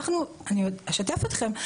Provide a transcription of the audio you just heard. אשתף אתכם,